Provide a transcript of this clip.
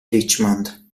richmond